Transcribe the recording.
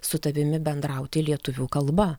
su tavimi bendrauti lietuvių kalba